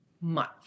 month